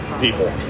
people